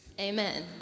Amen